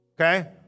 okay